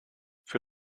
für